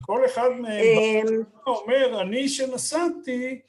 ‫כל אחד מהם - אה... - אומר, "אני שנסעתי..."